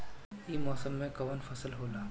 ई मौसम में कवन फसल होला?